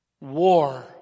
War